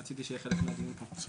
רציתי שנושא זה יהיה חלק מהדיון, תודה.